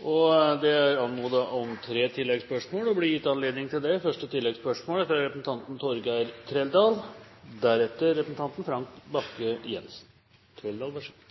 Det blir gitt anledning til tre oppfølgingsspørsmål – først Torgeir Trældal. Jeg vil følge opp overfor næringsministeren. Næringsministeren var til